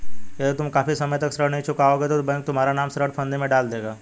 यदि तुम काफी समय तक ऋण नहीं चुकाओगे तो बैंक तुम्हारा नाम ऋण फंदे में डाल देगा